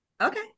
Okay